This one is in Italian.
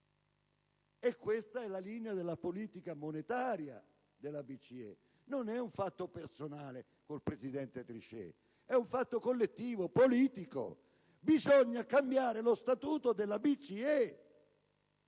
E questa è la linea della politica monetaria della BCE. Non è un fatto personale con il presidente Trichet, è un fatto collettivo, politico: bisogna cambiare lo statuto della BCE!